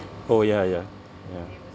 oh ya ya ya